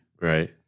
right